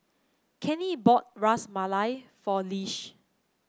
Kenny bought Ras Malai for Lish